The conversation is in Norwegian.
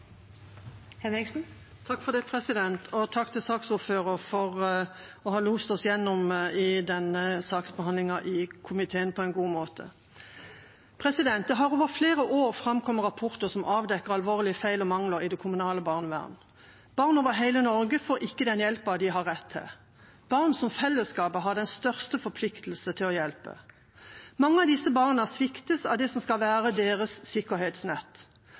Takk til saksordføreren for å ha lost oss gjennom saksbehandlingen i komiteen på en god måte. Det har over flere år framkommet rapporter som avdekker alvorlige feil og mangler i det kommunale barnevernet. Barn over hele Norge får ikke den hjelpen de har rett på, barn som fellesskapet har den største forpliktelsen til å hjelpe. Mange av disse barna sviktes av det som skal være deres sikkerhetsnett.